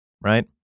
right